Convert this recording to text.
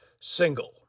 single